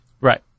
Right